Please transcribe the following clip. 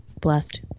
blessed